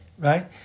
Right